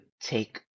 take